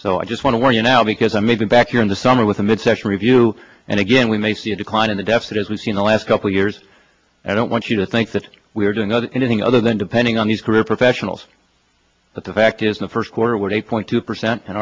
so i just want to warn you now because i may be back here in the summer with a midsection review and again we may see a decline in the deficit as we've seen the last couple years i don't want you to think that we are doing nothing other than depending on these career professionals but the fact is the first quarter were eight point two percent and